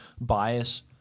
bias